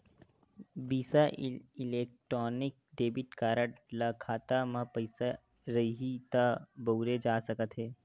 बिसा electronic debit card ल खाता म पइसा रइही त बउरे जा सकत हे